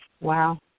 Wow